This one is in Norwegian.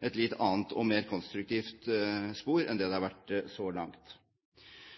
mer konstruktivt spor enn det den har vært så langt.